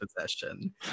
possession